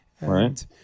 right